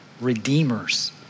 redeemers